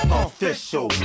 official